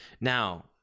now